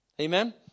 Amen